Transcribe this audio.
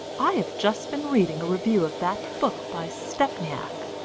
i have just been reading a review of that book by stepniak.